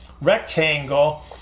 rectangle